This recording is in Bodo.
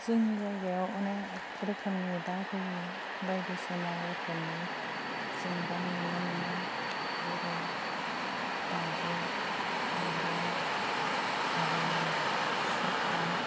जोंनि जायगायाव अनेख रोखोमनि दाउ फैयो बायदिसिना रोखोमनि जों दाउ नुनो मोनो जेरै दाउब' दाउराइ आरो सखा